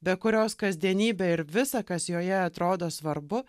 be kurios kasdienybė ir visa kas joje atrodo svarbu